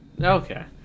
Okay